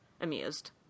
amused